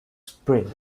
spring